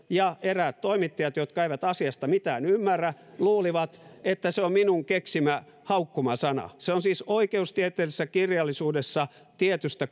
ja eräät toimittajat jotka eivät asiasta mitään ymmärrä luulivat että se on minun keksimäni haukkumasana se on siis oikeustieteellisessä kirjallisuudessa tietystä